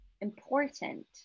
important